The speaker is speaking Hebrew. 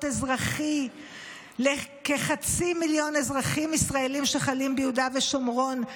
אזרחי לכחצי מיליון אזרחים ישראלים שחיים ביהודה ושומרון.